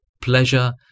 Pleasure